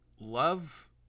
love